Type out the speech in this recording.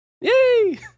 Yay